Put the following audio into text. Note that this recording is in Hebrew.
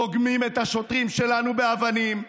רוגמים את השוטרים שלנו באבנים,